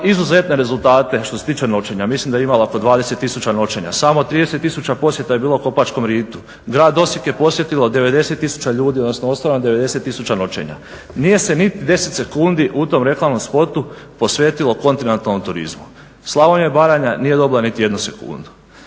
izuzetne rezultate što se tiče noćenja. Mislim da je imala oko 20 tisuća noćenja. Samo 30 tisuća posjeta je bilo Kopačkom ritu, grad Osijek je posjetilo 90 tisuća ljudi, odnosno ostvareno je 90 tisuća noćenja. Nije se niti 10 sekundi u tom reklamnom spotu posvetilo kontinentalnom turizmu. Slavonija i Baranja nije dobila niti jednu sekundu.